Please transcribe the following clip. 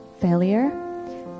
failure